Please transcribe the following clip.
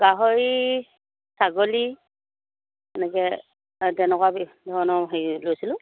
গাহৰি ছাগলী এনেকৈ তেনেকুৱা ধৰণৰ হেৰি লৈছিলোঁ